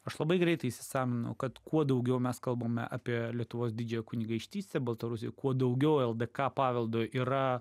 aš labai greitai įsisąmoninau kad kuo daugiau mes kalbame apie lietuvos didžiąją kunigaikštystę baltarusijoj kuo daugiau ldk paveldo yra